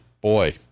boy